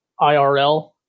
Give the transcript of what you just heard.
IRL